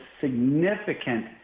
significant